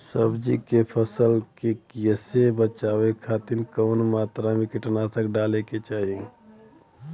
सब्जी के फसल के कियेसे बचाव खातिन कवन मात्रा में कीटनाशक डाले के चाही?